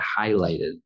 highlighted